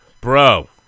Bro